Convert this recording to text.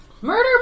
murder